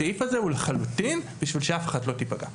הסעיף הזה הוא לחלוטין בשביל שאף אחת לא תיפגע.